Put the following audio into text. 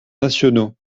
nationaux